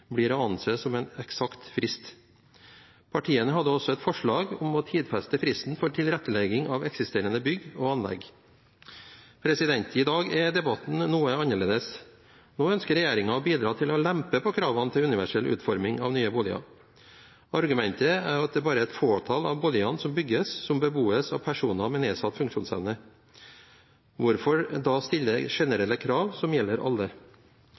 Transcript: blir å anse som en eksakt frist.» Partiene hadde også et forslag om å tidfeste fristen for tilrettelegging av eksisterende bygg og anlegg. I dag er debatten noe annerledes. Nå ønsker regjeringen å bidra til å lempe på kravene til universell utforming av nye boliger. Argumentet er at det bare er et fåtall av boligene som bygges, som bebos av personer med nedsatt funksjonsevne – hvorfor da stille generelle krav, som gjelder alle?